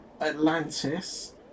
Atlantis